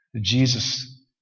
Jesus